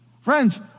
Friends